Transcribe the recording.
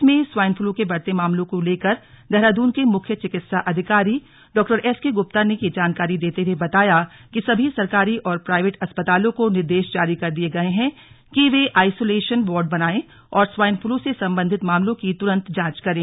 प्रदेश में swine flu के बढ़ते मामलों को लेकर देहरादून के मुख्य चिकित्सा अधिकारी डॉ एसके गुप्ता ने यह जानकारी देते हुए बताया कि सभी सरकारी और प्राइवेट अस्पतालों को निर्देश जारी कर दिये गये हैं कि वे आइसोलेशन वार्ड बनाये और स्वाइन फ्लू से संबंधित मामलों की तुरन्त जांच करें